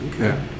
Okay